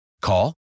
Call